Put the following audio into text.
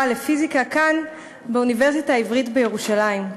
לפיזיקה כאן באוניברסיטה העברית בירושלים.